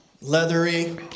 Leathery